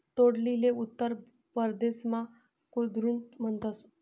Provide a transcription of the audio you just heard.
तोंडलीले उत्तर परदेसमा कुद्रुन म्हणतस